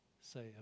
say